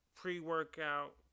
pre-workout